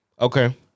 Okay